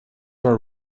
were